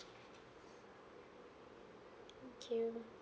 thank you